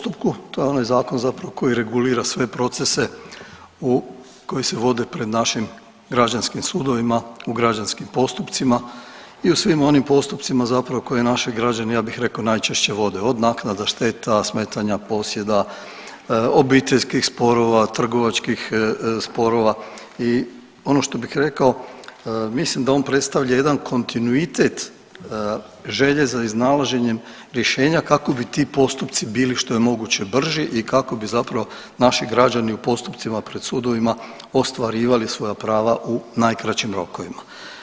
To je onaj zakon zapravo koji regulira sve procese koji se vode pred našim građanskim sudovima u građanskim postupcima i u svim onim postupcima zapravo koje naši građani ja bih rekao najčešće vode, od naknada šteta, smetanja posjeda, obiteljskih sporova, trgovačkih sporova i ono što bih rekao mislim da on predstavlja jedan kontinuitet želje za iznalaženjem rješenja kako bi ti postupci bili što je moguće brži i kako bi zapravo naši građani u postupcima pred sudovima ostvarivali svoja prava u najkraćim rokovima.